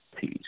Peace